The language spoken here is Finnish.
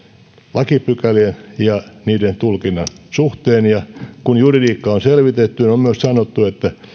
lakipykälien ja niiden tulkinnan suhteen ja kun juridiikkaa on selvitetty niin on myös sanottu että